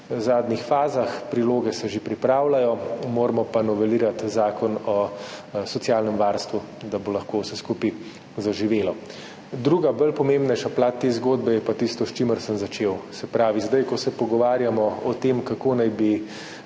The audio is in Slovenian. zadnjih fazah, priloge že pripravljajo, moramo pa novelirati Zakon o socialnem varstvu, da bo lahko vse skupaj zaživelo. Druga, pomembnejša plat te zgodbe je pa tisto, s čimer sem začel. Zdaj ko se pogovarjamo o tem, kako naj bi